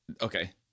okay